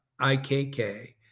IKK